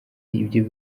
ibyo